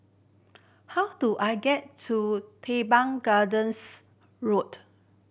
how do I get to Teban Gardens Road